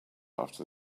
after